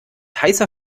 heißer